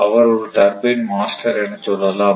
அவர் ஒரு turbine master எனச் சொல்லலாம்